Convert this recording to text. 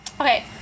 Okay